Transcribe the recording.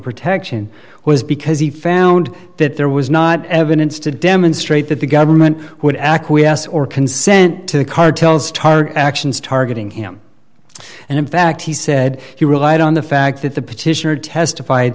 protection was because he found that there was not evidence to demonstrate that the government would acquiesce or consent to the cartels tarr actions targeting him and in fact he said he relied on the fact that the petitioner testif